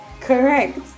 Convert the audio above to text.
Correct